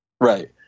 Right